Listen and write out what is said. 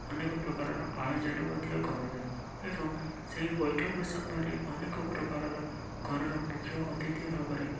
ଅନେକ ପ୍ରକାରର ଆୟୋଜନ ମଧ୍ୟ କରାଯାଏ ଏବଂ ସେହି ବୈଠକ ସମୟରେ ଅନେକ ପ୍ରକାରର ଘରର ମୁଖ୍ୟ ଅତିଥି ଭାବରେ